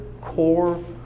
core